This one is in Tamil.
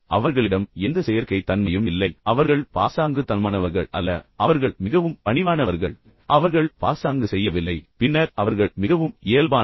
அவர்களிடம் எந்த செயற்கை தன்மையும் இல்லை அவர்கள் பாசாங்குத்தனமானவர்கள் அல்ல அவர்கள் மிகவும் பணிவானவர்கள் அவர்கள் பாசாங்கு செய்யவில்லை பின்னர் அவர்கள் மிகவும் இயல்பானவர்கள்